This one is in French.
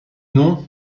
nom